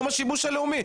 יום השיבוש הלאומי.